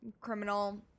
criminal